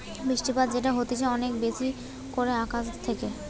বৃষ্টিপাত যেটা হতিছে অনেক বেশি করে আকাশ থেকে